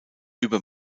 über